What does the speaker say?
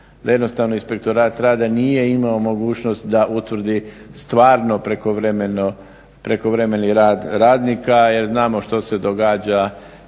jednostavno inspektorat rada nije imao mogućnost da utvrdi stvarno prekovremeni rad radnika jer znamo što se događa